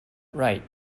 right